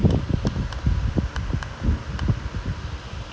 no but the is like he is always good like if you see his videos